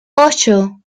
ocho